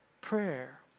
prayer